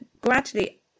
gradually